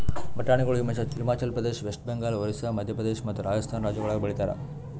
ಬಟಾಣಿಗೊಳ್ Himachal Pradesh, west Bengal, Orissa, Madhya Pradesh ಮತ್ತ ರಾಜಸ್ಥಾನ್ ರಾಜ್ಯಗೊಳ್ದಾಗ್ ಬೆಳಿತಾರ್